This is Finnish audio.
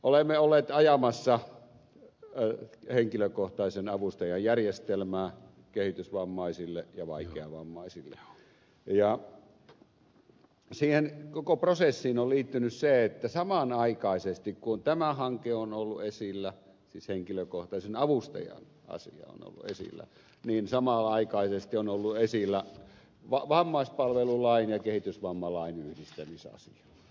olemme olleet ajamassa henkilökohtaisen avustajan järjestelmää kehitysvammaisille ja vaikeavammaisille ja siihen koko prosessiin on liittynyt se että samanaikaisesti kun tämä hanke on ollut esillä siis henkilökohtaisen avustajan asia on ollut esillä on ollut esillä vammaispalvelulain ja kehitysvammalain yhdistämisasia